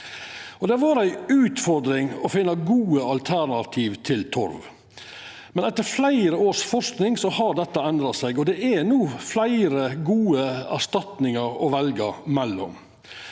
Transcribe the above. har vore ei utfordring å finna gode alternativ til torv. Etter fleire års forsking har dette endra seg, og det er no fleire gode erstatningar å velja mellom.